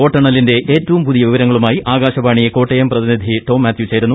വോട്ടെണ്ണിലിന്റെ ഏറ്റവും പുതിയ വിവരങ്ങളുമായി ആകാശവാണി കോട്ടയം പ്രതിനിധി ടോം മാത്യൂ ചേരുന്നു